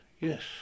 Yes